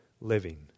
living